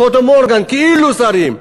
פטה מורגנה, כאילו שרים.